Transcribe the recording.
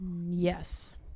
Yes